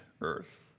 earth